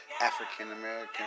African-American